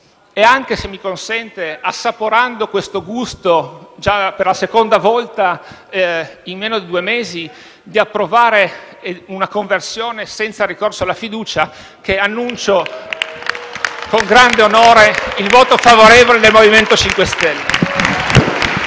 e anche, se mi consente, assaporando questo gusto per la seconda volta in meno di due mesi di approvare una conversione in legge senza ricorso alla fiducia, che dichiaro con grande onore il voto favorevole del MoVimento 5 Stelle.